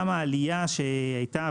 גם העלייה שהייתה,